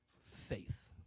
faith